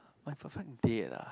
my perfect date ah